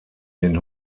den